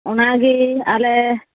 ᱚᱱᱟᱜᱮ ᱟᱞᱮ